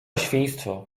świństwo